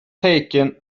taken